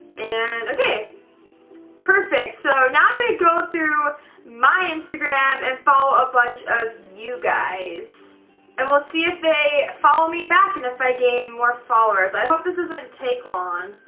and okay perfect. so now i'm gonna go through my instagram and follow a bunch of you guys and we'll see if they follow me back and if i gain more followers. i hope this doesn't take long,